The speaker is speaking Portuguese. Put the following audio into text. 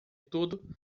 tudo